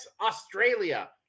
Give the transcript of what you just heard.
Australia